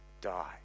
die